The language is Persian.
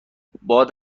باد